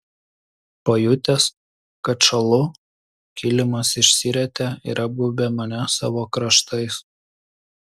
pajutęs kad šąlu kilimas išsirietė ir apgaubė mane savo kraštais